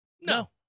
No